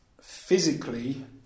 physically